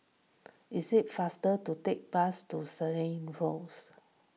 is it faster to take the bus to Segar Rose